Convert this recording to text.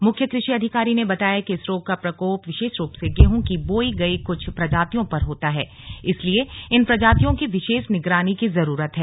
मुख्य कृषि अधिकारी ने बताया कि इस रोग का प्रकोप विशेष रूप से गेहूं की बोई गई कुछ प्रजातियों पर होता है इसलिए इन प्रजातियों की विशेष निगरानी की जरूरत है